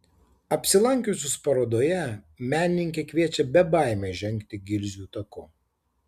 apsilankiusius parodoje menininkė kviečia be baimės žengti gilzių taku